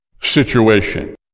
situation